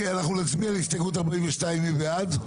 אנחנו נצביע על הסתייגות 42, מי בעד?